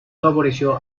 favoreció